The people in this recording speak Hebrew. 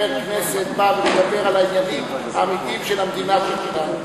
חבר כנסת בא ומדבר על העניינים האמיתיים של המדינה שלנו.